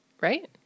Right